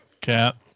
cat